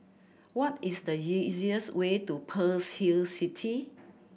what is the easiest way to Pearl's Hill City